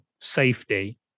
safety